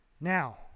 Now